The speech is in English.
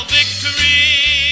victory